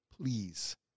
Please